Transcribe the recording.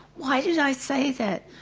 why did i say that,